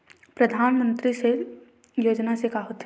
सामजिक क्षेत्र से परधानमंतरी योजना से का होथे?